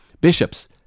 bishops